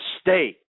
State